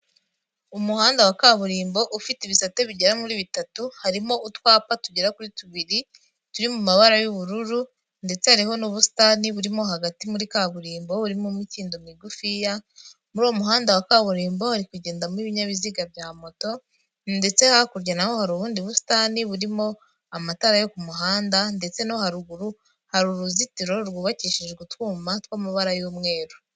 Umuhanda wa kaburimbo ufite ibisate bigera muri bitatu, harimo utwapa tugera kuri tubiri turi mu mabara y'ubururu, ndetse hariho n'ubusitani burimo hagati muri kaburimbo burimo imikindo migufiya, muri uwo muhanda wa kaburimbo hari kugendamo ibinyabiziga bya moto, ndetse hakurya naho hari ubundi busitani burimo amatara yo ku muhanda ndetse no haruguru hari uruzitiro rwubakishi utwuma tw'amabara y'umweru.